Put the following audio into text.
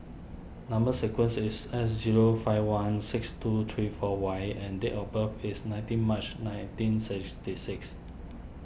Number Sequence is S zero five one six two three four Y and date of birth is nineteen March nineteen sixty six